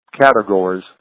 categories